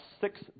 six